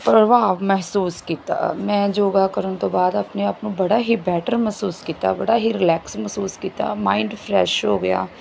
ਪ੍ਰਭਾਵ ਮਹਿਸੂਸ ਕੀਤਾ ਮੈਂ ਯੋਗਾ ਕਰਨ ਤੋਂ ਬਾਅਦ ਆਪਣੇ ਆਪ ਨੂੰ ਬੜਾ ਹੀ ਬੈਟਰ ਮਹਿਸੂਸ ਕੀਤਾ ਬੜਾ ਹੀ ਰਿਲੈਕਸ ਮਹਿਸੂਸ ਕੀਤਾ ਮਾਇੰਡ ਫਲੈਸ਼ ਹੋ ਗਿਆ